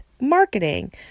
marketing